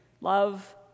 love